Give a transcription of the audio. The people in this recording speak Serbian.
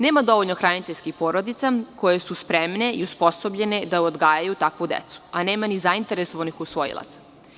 Nema dovoljno hraniteljskih porodica koje su spremne i osposobljene da odgajaju takvu decu, a nema ni zainteresovanih usvojilaca.